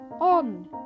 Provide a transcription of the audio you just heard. on